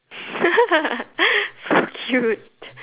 so cute